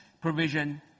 provision